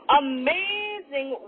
amazing